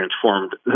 transformed